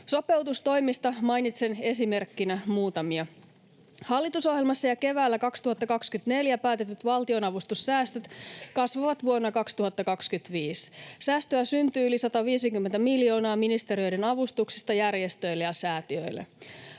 Sopeutustoimista mainitsen esimerkkinä muutamia. Hallitusohjelmassa ja keväällä 2024 päätetyt valtionavustussäästöt kasvavat vuonna 2025. Säästöä syntyy yli 150 miljoonaa ministeriöiden avustuksista järjestöille ja säätiöille.